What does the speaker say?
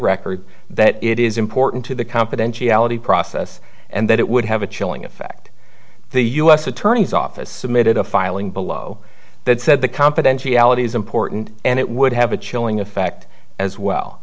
record that it is important to the confidentiality process and that it would have a chilling effect the u s attorney's office submitted a filing below that said the confidentiality is important and it would have a chilling effect as well